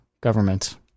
government